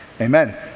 Amen